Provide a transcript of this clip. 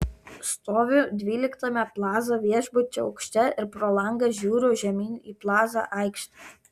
stoviu dvyliktame plaza viešbučio aukšte ir pro langą žiūriu žemyn į plaza aikštę